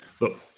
look